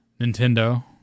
Nintendo